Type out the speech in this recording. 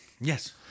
Yes